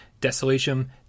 Desolation